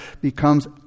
becomes